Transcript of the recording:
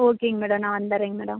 ஓகேங்க மேடம் நான் வந்துவிட்றேங்க மேடம்